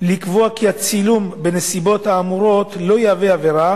לקבוע כי הצילום בנסיבות האמורות לא יהווה עבירה